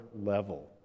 level